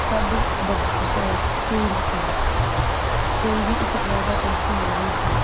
ਸਭ ਬਦ ਚੇਂਜ ਸੀ ਕੋਈ ਵੀ ਇੱਕ ਤਰ੍ਹਾਂ ਦਾ ਪੰਛੀ ਨਹੀਂ ਸੀ